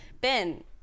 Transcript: ben